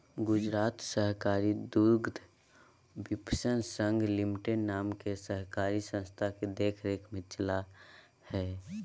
गुजरात सहकारी दुग्धविपणन संघ लिमिटेड नाम के सहकारी संस्था के देख रेख में चला हइ